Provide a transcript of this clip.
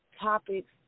topics